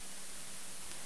הנמצאת אתנו היום,